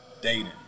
Dating